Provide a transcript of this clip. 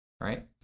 right